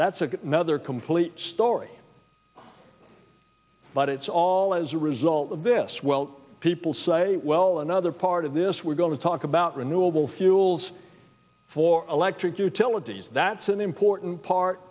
that's a nother complete story but it's all as a result of this well people say well another part of this we're going to talk about renewable fuels for electric utilities that's an important part